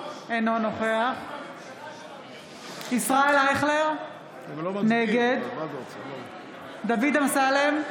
אינו נוכח ישראל אייכלר, נגד דוד אמסלם,